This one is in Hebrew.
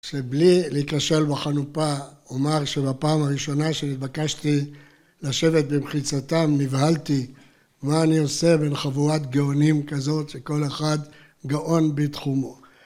שבלי להיכשל בחנופה אומר שבפעם הראשונה שהתבקשתי לשבת במחיצתם נבהלתי, מה אני עושה בין חבורת גאונים כזאת שכל אחד גאון בתחומו